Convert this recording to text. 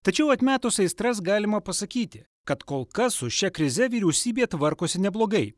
tačiau atmetus aistras galima pasakyti kad kol kas su šia krize vyriausybė tvarkosi neblogai